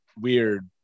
weird